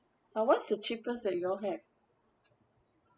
ah what is the cheapest that you all have